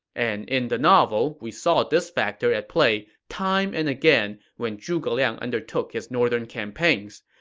and in the novel, we saw this factor at play time and again when zhuge liang undertook his northern campaigns.